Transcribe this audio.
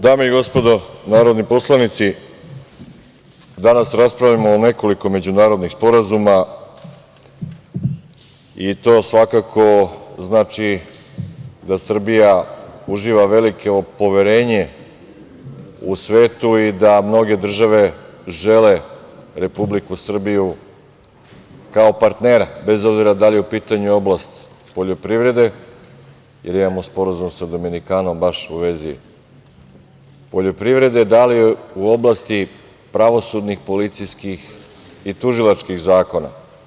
Dame i gospodo narodni poslanici, danas raspravljamo o nekoliko međunarodnih sporazuma, i to svakako znači da Srbija uživa veliko poverenje u svetu i da mnoge države žele Republiku Srbiju kao partnera, bez obzira da li je u pitanju oblast poljoprivrede, jer imamo sporazum sa Dominikanom baš u vezi poljoprivrede, da li u oblasti pravosudnih, policijskih i tužilačkih zakona.